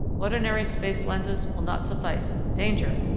ordinary space lenses will not suffice danger!